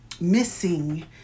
missing